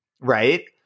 right